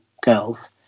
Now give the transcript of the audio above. girls